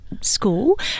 School